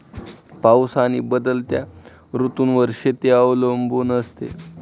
पाऊस आणि बदलत्या ऋतूंवर शेती अवलंबून असते